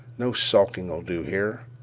no skulking ll do here.